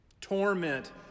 torment